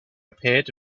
appeared